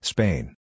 Spain